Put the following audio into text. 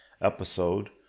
episode